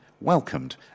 welcomed